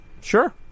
Sure